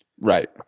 Right